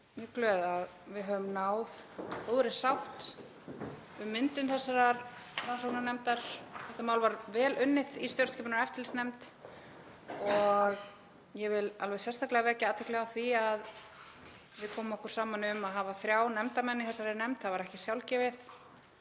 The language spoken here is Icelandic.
mjög glöð að við höfum náð góðri sátt um myndun þessarar rannsóknarnefndar. Þetta mál var vel unnið í stjórnskipunar- og eftirlitsnefnd og ég vil sérstaklega vekja athygli á því að við komum okkur saman um að hafa þrjá nefndarmenn í þessari nefnd. Það var ekki sjálfgefið